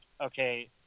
okay